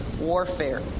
warfare